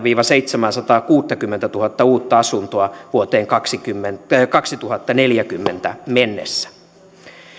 viiva seitsemääsataakuuttakymmentätuhatta uutta asuntoa vuoteen kaksituhattaneljäkymmentä mennessä